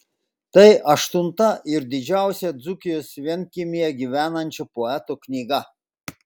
tai aštunta ir didžiausia dzūkijos vienkiemyje gyvenančio poeto knyga